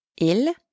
Il